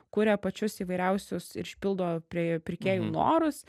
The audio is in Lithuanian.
kuria pačius įvairiausius ir išpildo prie pirkėjų norus